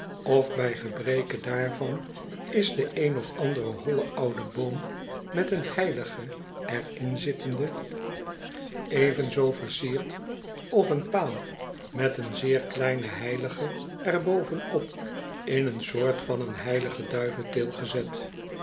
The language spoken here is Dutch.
of bij gebreke daarvan is de een of andere holle oude boom met een heilige er in zittende evenzoo versierd of oen paal met een zeer kleinen heilige er bovenop in een soort van een heiligonduiventil gezet